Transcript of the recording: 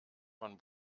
von